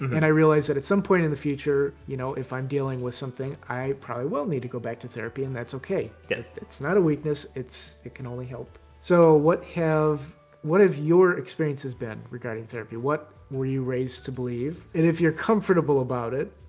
and i realize that, at some point in the future, you know, if i'm dealing with something, i probably will need to go back to therapy, and that's okay. yes. it's not a weakness. it can only help. so, what have what have your experiences been, regarding therapy? what were you raised to believe? and, if you're comfortable about it,